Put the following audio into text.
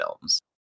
films